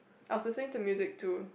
I will send the music to